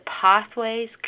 pathways